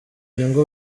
inyungu